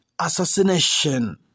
Assassination